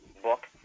book